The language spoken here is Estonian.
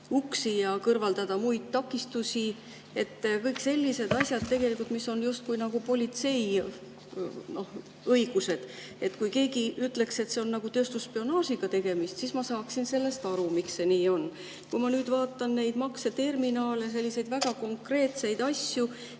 kõrvaldada uksi ja muid takistusi. Kõik sellised asjad, mis on justkui nagu politsei õigused. Kui keegi ütleks, et siin on nagu tööstusspionaažiga tegemist, siis ma saaksin aru, miks see nii on. Kui ma nüüd vaatan neid makseterminale, selliseid väga konkreetseid asju,